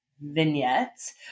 vignettes